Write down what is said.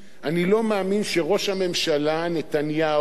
אני לא מאמין שראש הממשלה נתניהו,